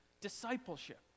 Discipleship